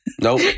Nope